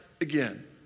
again